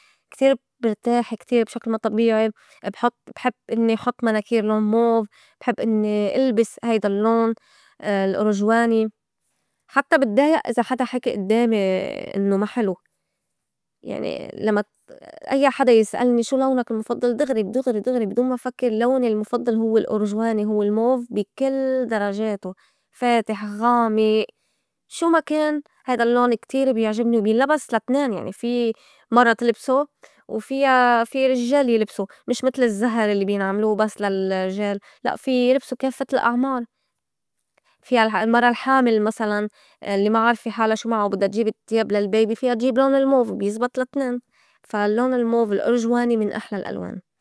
كتير برتاح كتير بشكل ما طبيعي بحُط بحب إنّي حُط مناكير لون موف، بحب إنّي ألبس هيدا اللّون الأرجواني، حتّى بدّايئ إذا حدا حكي أدّامي إنّو ما حلو، يعني لمّا أيّا حدا يسألني شو لونك المُفضّل؟ دغري- دغري- دغري بي دون ما فكّر لوني المُفضّل هوّ الأرجواني هوّ الموف بي كل درجاتو، فاتح، غامئ، شو ما كان هيدا اللّون كتير بيعجبني وبينلبس لا تنين يعني في مَرا تلبسو وفيا في رجّال يلبسو مش متل الزّهر الّي بينعملو بس للرجال لأ في يلبسو كافّة الأعمار، فيا المرا الحامل مسلاً الّي ما عارفة حالا شو معا وبدّا تياب للبايبي فيا تجيب لون الموف بيزبط لا تنين فا اللّون الموف الأرجواني من أحلى الألوان.